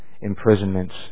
imprisonments